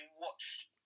watched